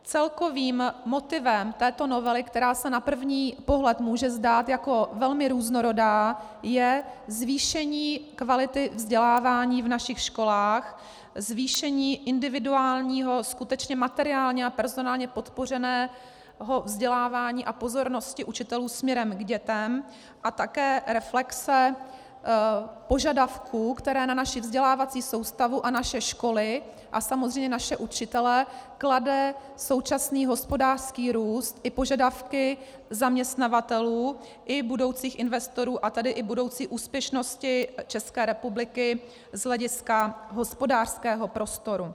Celkovým motivem této novely, která se na první pohled může zdát jako velmi různorodá, je zvýšení kvality vzdělávání v našich školách, zvýšení individuálního skutečně materiálně a personálně podpořeného vzdělávání a pozornosti učitelů směrem k dětem a také reflexe požadavků, které na naši vzdělávací soustavu a naše školy a samozřejmě naše učitele klade současný hospodářský růst i požadavky zaměstnavatelů i budoucích investorů, a tedy i budoucí úspěšnosti České republiky z hlediska hospodářského prostoru.